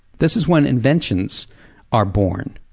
this is when inventions are born.